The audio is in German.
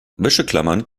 wäscheklammern